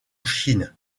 chine